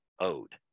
Owed